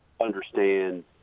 understand